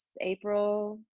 April